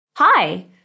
Hi